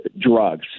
drugs